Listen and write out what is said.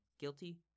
guilty